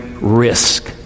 risk